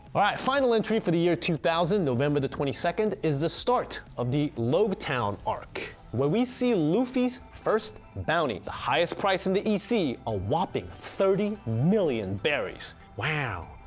all right final entry for the year two thousand, november twenty second is the start of the loguetown arc where we see luffy's first bounty, the highest price in the east sea, a whopping thirty million berries! wow,